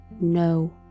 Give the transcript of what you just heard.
no